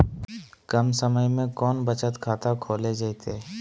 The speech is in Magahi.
कम समय में कौन बचत खाता खोले जयते?